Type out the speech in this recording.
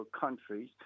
countries